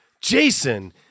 Jason